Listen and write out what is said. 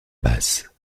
basse